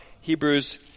Hebrews